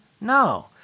No